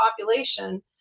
population